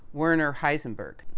werner heisenberg.